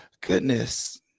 goodness